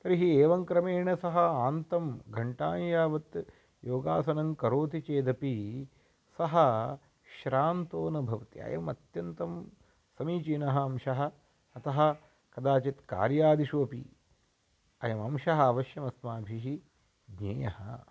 तर्हि एवं क्रमेण सः आन्तं घण्टां यावत् योगासनं करोति चेदपि सः श्रान्तो न भवति अयम् अत्यन्तं समीचीनः अंशः अतः कदाचित् कार्यादिषु अपि अयम् अंशः अवश्यम् अस्माभिः ज्ञेयः